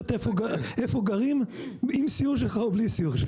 איפה גרים עם סיור שלך ובלי סיור שלך.